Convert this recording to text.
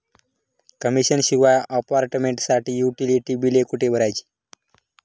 Commission शिवाय अपार्टमेंटसाठी utility बिले कुठे भरायची?